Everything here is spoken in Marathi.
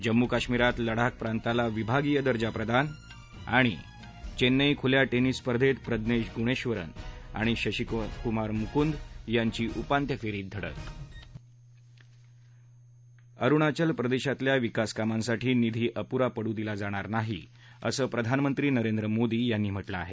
जम्मू काश्मिरात लडाख प्रांताला विभागीय दर्जा प्रदान चेन्नईत खुल्या टेनिस स्पर्धेत प्रज्ञेश गुणेश्वरन आणि शशीकुमार मुकुंद यांची उपांत्यफेरीत धडक अरुणाचल प्रदेशातल्या विकासकामांसाठी निधी अपुरा पडू दिला जाणार नाही असं प्रधानमंत्री नरेंद्र मोदी यांनी म्हटलं आहे